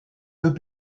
deux